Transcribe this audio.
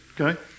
Okay